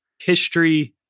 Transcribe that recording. history